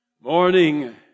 Morning